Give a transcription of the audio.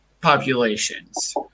populations